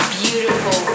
beautiful